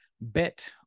Bet